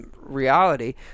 reality